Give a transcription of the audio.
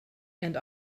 and